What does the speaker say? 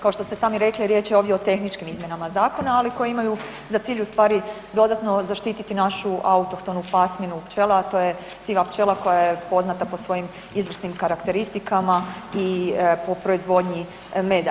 Kao što ste sami rekli riječ je ovdje o tehničkim izmjenama zakona, ali koje imaju za cilj ustvari dodatno zaštititi našu autohtonu pasminu pčela, a to je siva pčela koja je poznata po svojim izvrsnim karakteristikama i po proizvodnji meda.